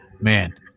man